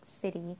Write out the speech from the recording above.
city